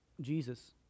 Jesus